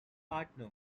partner